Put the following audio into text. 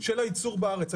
של הייצור בארץ.